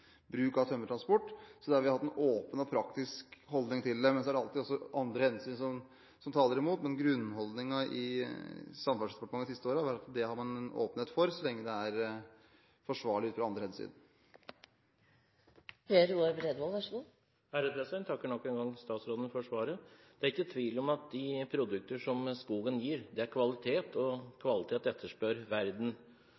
det. Så er det alltid andre hensyn som taler imot, men grunnholdningen i Samferdselsdepartementet de siste årene er at det har man åpnet for, så lenge det er forsvarlig ut fra andre hensyn. Jeg takker nok en gang statsråden for svaret. Det er ikke tvil om at de produkter skogen gir, er kvalitet, og